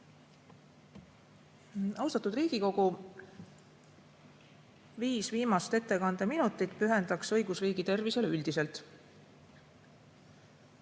Austatud Riigikogu! Viis viimast ettekande minutit pühendan õigusriigi tervisele üldiselt.